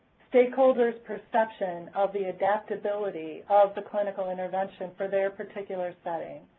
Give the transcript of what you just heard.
stakeholders perception of the adaptability of the clinical intervention for their particular setting,